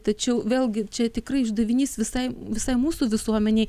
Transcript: tačiau vėl gi čia tikrai uždavinys visai visai mūsų visuomenei